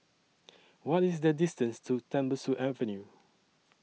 What IS The distance to Tembusu Avenue